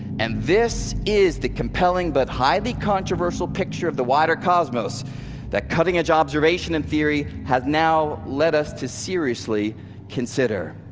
and this is the compelling but highly controversial picture of the wider cosmos that cutting-edge observation and theory have now led us to seriously consider.